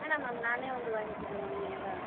வேணாம் மேம் நானே வந்து வாங்கிக்கிறேன் மேம் நேரா